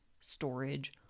storage